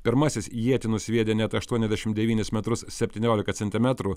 pirmasis ietį nusviedė net aštuoniasdešim devynis metrus septynioliką centimetrų